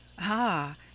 Ah